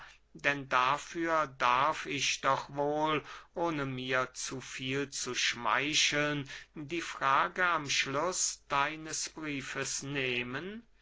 denn dafür darf ich doch wohl ohne mir zu viel zu schmeicheln die frage am schluß deines briefes nehmen